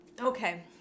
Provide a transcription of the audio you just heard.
Okay